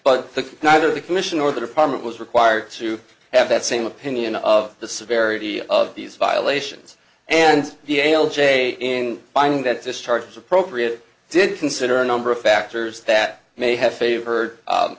but neither the commission or the department was required to have that same opinion of the severity of these violations and the ale jay in finding that this charge appropriate did consider a number of factors that may have fav